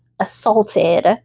assaulted